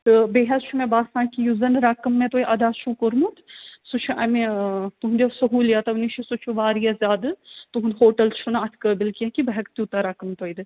تہٕ بیٚیہِ حظ چھُ مےٚ باسان یُس زَن رقم مےٚ تۄہہِ ادا چھُو کوٚرمُت سُہ چھُ اَمہِ ٲں تُہنٛدیٚو سہولیاتو نِش سُہ چھُ واریاہ زیادٕ تُہُنٛد ہوٹَل چھُنہٕ اَتھ قٲبِل کیٚنٛہہ کہ بہٕ ہیٚکہٕ تیٛوتاہ رقم تۄہہِ دِتھ